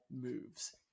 moves